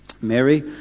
Mary